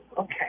Okay